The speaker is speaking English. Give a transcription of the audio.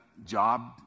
job